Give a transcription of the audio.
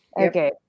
Okay